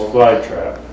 Flytrap